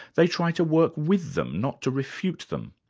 they try to work with them, not to refute them.